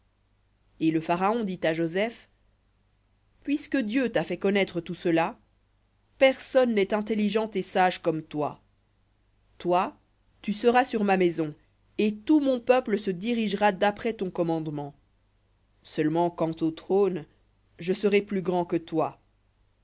et le pharaon dit à joseph puisque dieu t'a fait connaître tout cela personne n'est intelligent et sage comme toi toi tu seras sur ma maison et tout mon peuple se dirigera d'après ton commandement seulement quant au trône je serai plus grand que toi